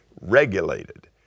regulated